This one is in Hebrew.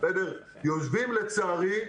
יושבים לצערי,